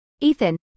Ethan